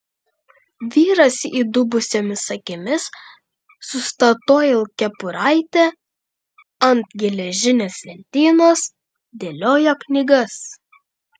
vyras įdubusiomis akimis su statoil kepuraite ant geležinės lentynos dėliojo knygas